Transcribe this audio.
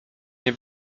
nie